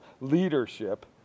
leadership